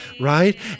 right